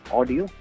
audio